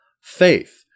faith